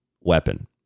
weapon